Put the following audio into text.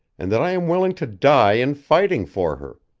and that i am willing to die in fighting for her.